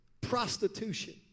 prostitution